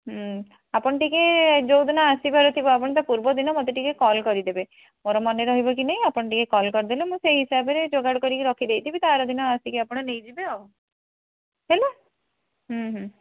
ଆପଣ ଟିକିଏ ଯେଉଁଦିନ ଆସିବାରଥିବ ଆପଣ ତା ପୂର୍ବଦିନ ମତେ ଟିକିଏ କଲ୍ କରିଦେବେ ମୋର ମନେ ରହିବକି ନାହିଁ ଆପଣ ଟିକିଏ କଲ୍ କରିଦେଲେ ମୁଁ ସେହି ହିସାବରେ ଯୋଗାଡ଼କରିକି ରଖିଦେଇଥିବି ତା ଆରଦିନ ଆସିକି ଆପଣ ନେଇଯିବେ ଆଉ ହେଲା